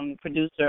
producer